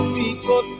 people